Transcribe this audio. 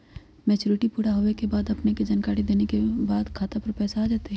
Maturity पुरा होवे के बाद अपने के जानकारी देने के बाद खाता पर पैसा आ जतई?